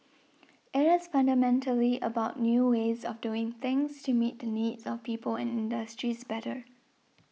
it is fundamentally about new ways of doing things to meet the needs of people and industries better